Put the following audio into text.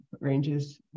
ranges